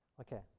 Okay